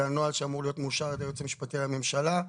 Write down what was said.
זה הנוהל שאמור להיות מאושר על ידי היועץ המשפטי לממשלה.